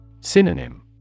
Synonym